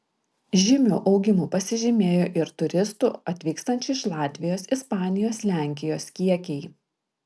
žymiu augimu pasižymėjo ir turistų atvykstančių iš latvijos ispanijos lenkijos kiekiai